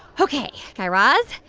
ok. guy raz,